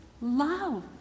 love